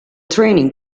training